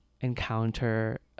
encounter